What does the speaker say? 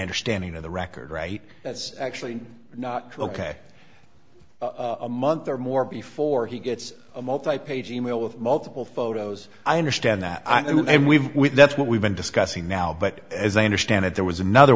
understanding of the record right that's actually not true ok a month or more before he gets a multi page e mail with multiple photos i understand that i mean we that's what we've been discussing now but as i understand it there was another